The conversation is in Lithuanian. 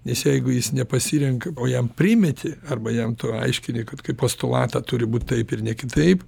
nes jeigu jis nepasirenka o jam primeti arba jam tu aiškini kad kaip postulatą turi būt taip ir ne kitaip